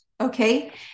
Okay